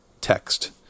text